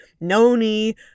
Noni